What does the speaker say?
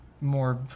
more